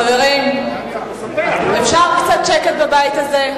חברים, אפשר קצת שקט בבית הזה?